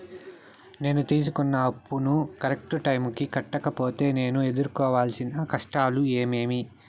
నేను తీసుకున్న అప్పును కరెక్టు టైముకి కట్టకపోతే నేను ఎదురుకోవాల్సిన కష్టాలు ఏమీమి?